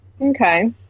Okay